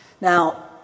Now